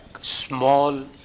small